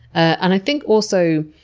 and i think also